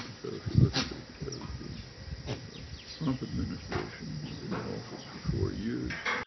so if you look at the the trump administration's been in office for four years,